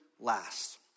last